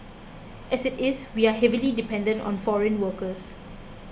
as it is we are heavily dependent on foreign workers